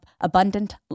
Abundant